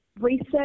research